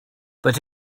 but